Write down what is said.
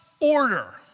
order